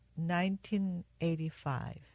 1985